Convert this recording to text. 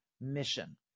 mission